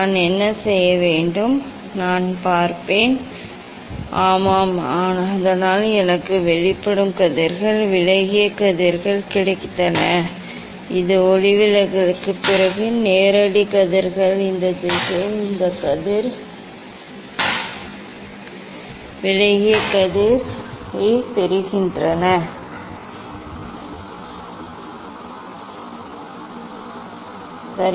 நான் என்ன செய்வேன் நான் பார்ப்பேன் ஆமாம் அதனால் எனக்கு வெளிப்படும் கதிர்கள் விலகிய கதிர்கள் கிடைத்தன இது ஒளிவிலகலுக்குப் பிறகு நேரடி கதிர்கள் இந்த திசையில் இந்த கதிர் விலகிய கதிரைப் பெறுகிறேன் சரி